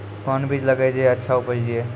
कोंन बीज लगैय जे अच्छा उपज दिये?